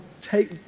take